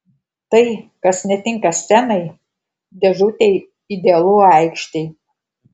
tai kas netinka scenai dėžutei idealu aikštei